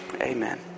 amen